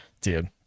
dude